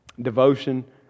devotion